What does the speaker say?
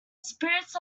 spirits